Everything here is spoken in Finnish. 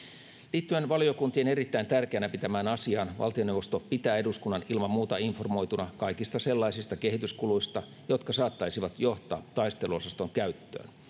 liittyen valiokuntien erittäin tärkeänä pitämään asiaan valtioneuvosto pitää eduskunnan ilman muuta informoituna kaikista sellaisista kehityskuluista jotka saattaisivat johtaa taisteluosaston käyttöön